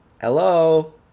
Hello